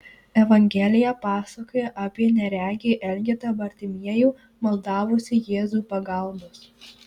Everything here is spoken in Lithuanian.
evangelija pasakoja apie neregį elgetą bartimiejų maldavusį jėzų pagalbos